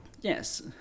Yes